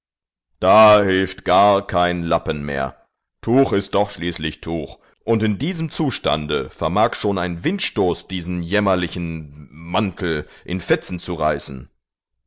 da hilft gar kein lappen mehr tuch ist doch schließlich tuch und in diesem zustande vermag schon ein windstoß diesen jämmerlichen mantel in fetzen zu reißen